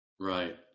Right